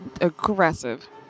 aggressive